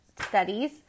studies